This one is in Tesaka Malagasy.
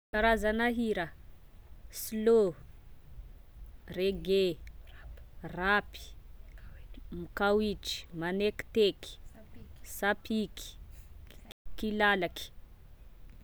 Karazana hira: slow, reggae, rapy, kawitry, manekiteky, sapiky, kilalaky.